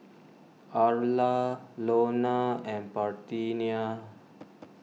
Arla Lona and Parthenia